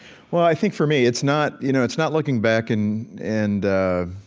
well, i think for me, it's not you know it's not looking back and and